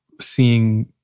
seeing